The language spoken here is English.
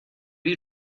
you